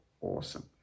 awesome